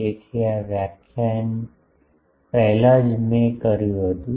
તેથી આ વ્યાખ્યાન પહેલાં જ મેં કર્યું હતું